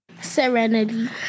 Serenity